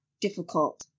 difficult